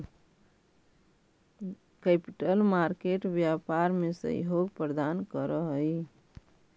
capital market व्यापार में सहयोग प्रदान करऽ हई